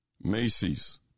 Macy's